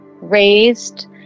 raised